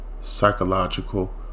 psychological